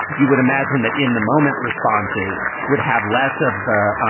you would imagine that in the moment responses would have less of the